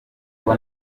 zabo